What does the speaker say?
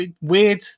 weird –